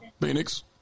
Phoenix